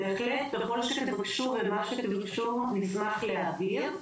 בהחלט, ככל שתבקשו ומה שתבקשו, נשמח להעביר.